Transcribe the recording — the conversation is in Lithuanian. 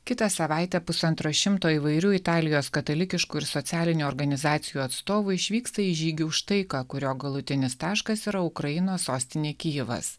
kitą savaitę pusantro šimto įvairių italijos katalikiškų ir socialinių organizacijų atstovų išvyksta į žygį už taiką kurio galutinis taškas yra ukrainos sostinė kijevas